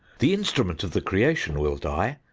the instrument of the creation will die,